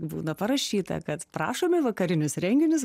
būna parašyta kad prašom į vakarinius renginius